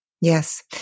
Yes